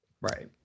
Right